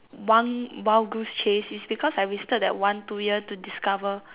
one wild goose chase is because I wasted that one two year to discover